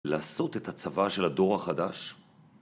לעשות את הצבא של הדור החדש